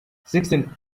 sixteen